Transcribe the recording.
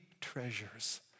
treasures